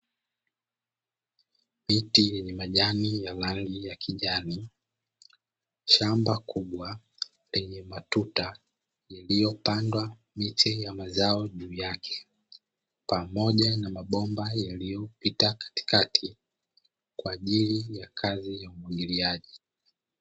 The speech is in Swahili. Miti ni majani ya rangi ya kijani, shamba kubwa lenye matuta yaliyopandwa miti ya mazao juu yake, pamoja na mabomba yaliyopita katikati kwaajili ya kazi ya umwagiliaji.